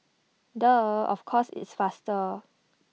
duh of course it's faster